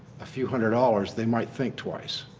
a few hundred dollars, they might think twice.